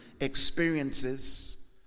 experiences